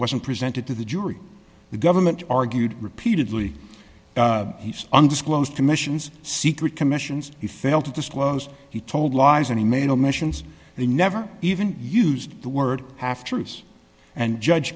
wasn't presented to the jury the government argued repeatedly he's undisclosed commissions secret commissions he failed to disclose he told lies an e mail missions they never even used the word half truths and judge